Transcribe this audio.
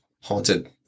haunted